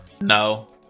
No